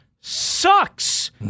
sucks